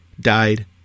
died